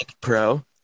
pro